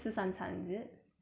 of course lah